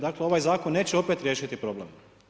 Dakle, ovaj zakon neće opet riješiti problem.